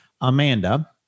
Amanda